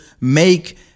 make